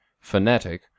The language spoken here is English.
phonetic